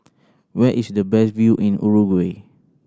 where is the best view in Uruguay